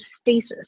stasis